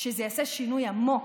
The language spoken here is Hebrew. שזה יעשה שינוי עמוק.